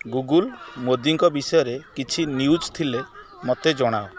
Google ମୋଦିଙ୍କ ବିଷୟରେ କିଛି ନ୍ୟୁଜ୍ ଥିଲେ ମୋତେ ଜଣାଅ